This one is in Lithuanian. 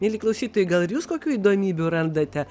mieli klausytojai gal ir jūs kokių įdomybių randate